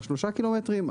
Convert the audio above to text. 3 קילומטרים,